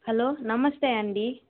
hello నమస్తే అండి